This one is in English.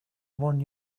one